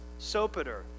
Sopater